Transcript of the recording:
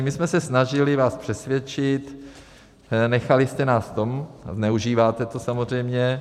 My jsme se snažili vás přesvědčit, nechali jste nás v tom, zneužíváte to samozřejmě.